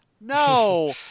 No